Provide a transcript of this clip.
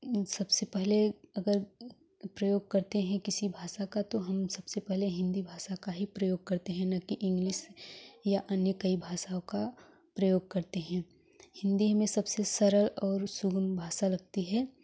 सबसे पहले अगर प्रयोग करते हैं किसी भाषा का तो हम सबसे पहले हिंदी भाषा का ही प्रयोग करते हैं ना की इंग्लिस या अन्य कई भाषाओं का प्रयोग करते हैं हिंदी हमें सबसे सरल और सुगम भाषा लगती है